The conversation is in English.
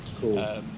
Cool